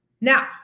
Now